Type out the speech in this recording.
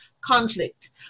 conflict